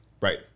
Right